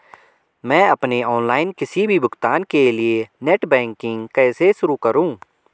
मैं अपने ऑनलाइन किसी भी भुगतान के लिए नेट बैंकिंग कैसे शुरु करूँ?